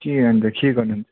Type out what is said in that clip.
के अन्त के गर्नु